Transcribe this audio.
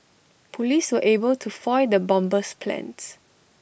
Police were able to foil the bomber's plans